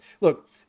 Look